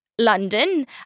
London